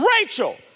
Rachel